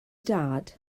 dad